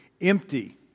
empty